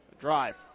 Drive